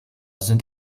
sind